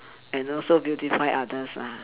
and also beautify others lah